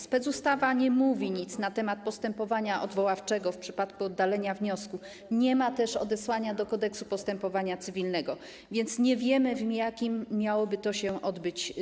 Specustawa nie mówi nic na temat postępowania odwoławczego w przypadku oddalenia wniosku, nie ma też odesłania do Kodeksu postępowania cywilnego, więc nie wiemy, w jakim trybie miałoby się to odbyć.